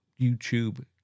YouTube